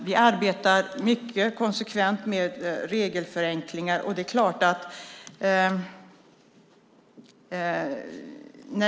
Vi arbetar mycket konsekvent med regelförenklingar.